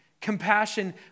Compassion